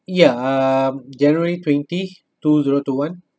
ya um january twenty two zero two one